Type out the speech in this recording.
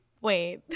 Wait